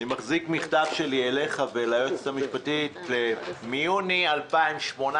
אני מחזיק מכתב שלי אליך וליועצת המשפטית מיוני 2018,